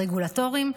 הרגולטוריים.